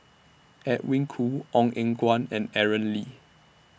Edwin Koo Ong Eng Guan and Aaron Lee